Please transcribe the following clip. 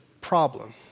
problem